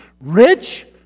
Rich